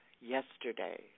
yesterday